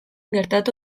gertatu